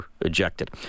ejected